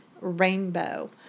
rainbow